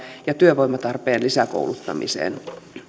ja työvoimatarpeen lisäkouluttamiseen